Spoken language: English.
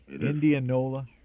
Indianola